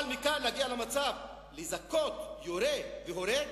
אבל מכאן להגיע למצב, לזכות יורה והורג?